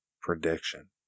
prediction